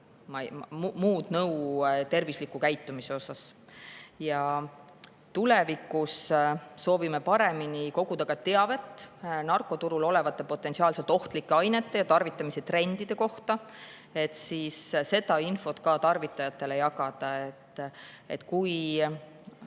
muud nõu tervisliku käitumise kohta. Tulevikus soovime paremini koguda teavet narkoturul olevate potentsiaalselt ohtlike ainete ja nende tarvitamise trendide kohta ja siis seda infot ka tarvitajatele jagada. Kui